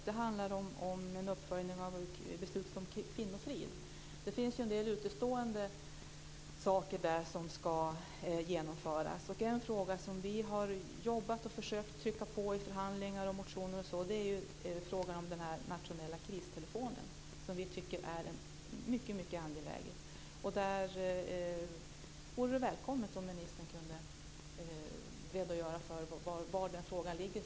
Det handlar om en uppföljning av beslutet om kvinnofrid. Det finns ju en del utestående saker där som ska genomföras. En fråga vi har jobbat med och försökt trycka på om i förhandlingar, motioner osv. är ju frågan om den nationella kristelefonen. Vi tycker att detta är mycket angeläget. Det vore välkommet om ministern kunde redogöra för var den frågan ligger.